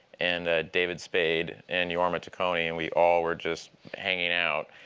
and ah david spade, and jorma taccone. and we all were just hanging out,